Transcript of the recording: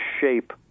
shape